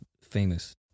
famous